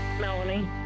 Melanie